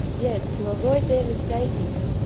yet, to avoid their mistakings,